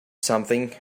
something